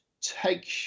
take